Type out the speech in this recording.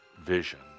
vision